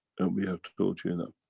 and we have taught you enough.